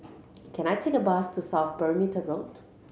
can I take a bus to South Perimeter Road